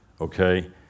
okay